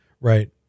right